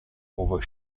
over